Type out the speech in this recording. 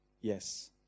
yes